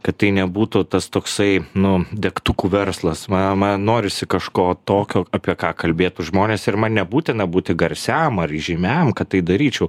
kad tai nebūtų tas toksai nu degtukų verslas man man norisi kažko tokio apie ką kalbėtų žmonės ir man nebūtina būti garsiam ar įžymiam kad tai daryčiau